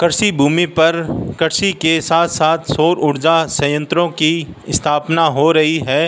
कृषिभूमि पर कृषि के साथ साथ सौर उर्जा संयंत्रों की स्थापना हो रही है